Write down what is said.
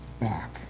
back